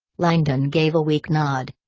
langdon gave a weak nod.